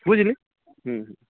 বুঝলি হুম হুম